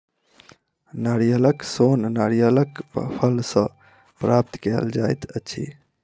नारियलक सोन नारियलक फल सॅ प्राप्त कयल जाइत अछि